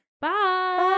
Bye